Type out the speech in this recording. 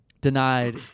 denied